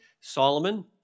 Solomon